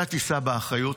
אתה תישא באחריות.